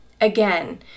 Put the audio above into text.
Again